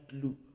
glue